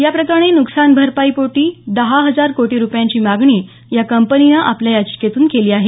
या प्रकरणी नुकसान भरपाई पोटी दहा हजार कोटी रुपयांची मागणी या कंपनीने आपल्या याचिकेतून केली आहे